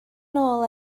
nôl